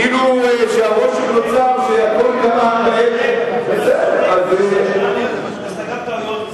הממשלה גם עשתה טעויות,